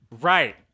Right